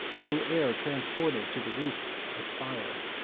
thro' air transported, to the roofs aspire.